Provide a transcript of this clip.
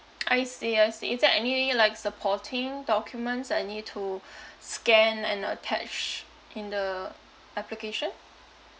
I see I see is there any like supporting documents I need to scan and attach in the application